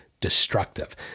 destructive